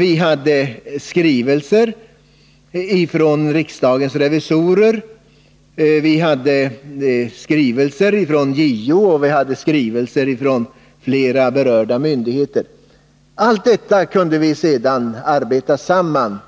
Vi hade skrivelser ifrån riksdagens revisorer och skrivelser från JO och från flera berörda myndigheter. Allt detta kunde vi sedan arbeta samman